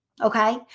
okay